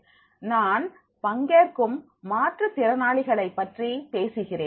நான் பங்கேற்கும் மாற்றுத்திறனாளிகள் பற்றி பேசுகிறேன்